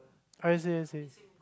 I see I see